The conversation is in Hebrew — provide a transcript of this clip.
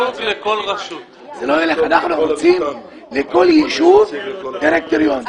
אנחנו רוצים לכל יישוב דירקטוריון,